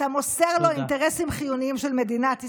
אתה מוסר לו אינטרסים חיוניים של מדינת ישראל.